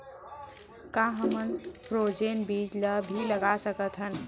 का हमन फ्रोजेन बीज ला भी लगा सकथन?